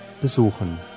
besuchen